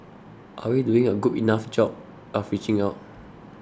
are we doing a good enough job of reaching out